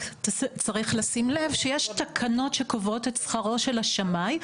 רק צריך לשים לב שיש תקנות שקובעות את שכרו של השמאי.